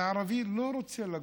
והערבי לא רוצה לגור,